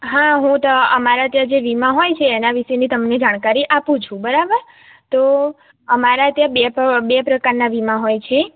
હા હું તો અમારા ત્યાં જે વીમા હોય છે એના વિષેની જાણકારી આપું છુ બરાબર તો અમારા ત્યાં બે બે પ્રકારના વીમા હોય છે